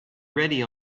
ready